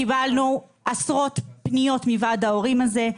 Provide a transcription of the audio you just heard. קבלנו עשרות פניות מוועד ההורים הזה.